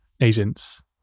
agents